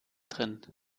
drin